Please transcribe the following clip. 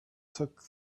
took